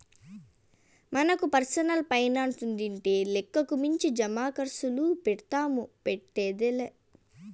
మనకు పర్సనల్ పైనాన్సుండింటే లెక్కకు మించి జమాకర్సులు పెడ్తాము, పెట్టేదే లా